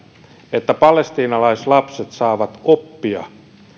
että palestiinalaislapset saavat oppia